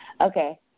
Okay